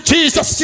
Jesus